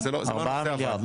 4 מיליארד.